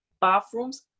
bathrooms